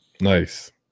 Nice